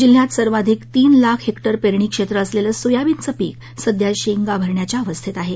जिल्ह्यात सर्वाधिक तीन लाख हेक्टर पेरणी क्षेत्र असलेले सोयाबीनचं पीक सध्या शेंगा भरण्याच्या अवस्थेत आहे